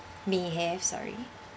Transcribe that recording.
may have sorry